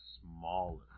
smaller